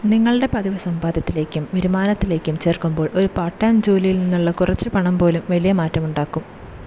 നിങ്ങളുടെ പതിവ് സമ്പാദ്യത്തിലേക്കും വരുമാനത്തിലേക്കും ചേർക്കുമ്പോൾ ഒരു പാർട്ട് ടൈം ജോലിയിൽ നിന്നുള്ള കുറച്ച് പണം പോലും വലിയ മാറ്റമുണ്ടാക്കും